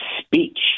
speech